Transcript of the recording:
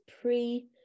pre